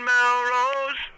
Melrose